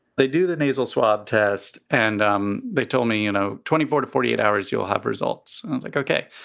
they do the nasal swab test and um they told me, you know, twenty four to forty eight hours you'll have results like, ok.